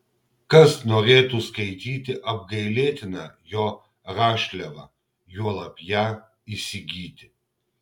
kas norėtų skaityti apgailėtiną jo rašliavą juolab ją įsigyti